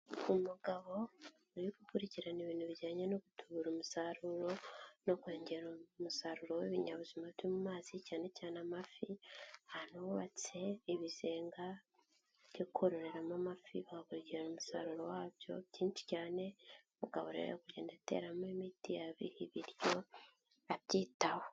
Umugabo uri gukurikirana ibintu bijyanye no gutubura umusaruro no kongera umusaruro w'ibinyabuzima byo mu mazi cyane cyane amafi, ahantu bubatse ibizenga byo kororeramo amafi, bagakurikirana umusaruro wabyo byinshi cyane, umugabo rero uri kugenda ateramo imiti, abiha ibiryo, abyitaho.